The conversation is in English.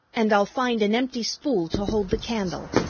and i'll find an empty spool to hold the candle.